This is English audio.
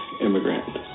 immigrant